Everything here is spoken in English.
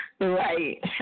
Right